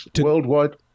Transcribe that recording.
worldwide